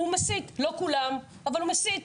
הוא מסית.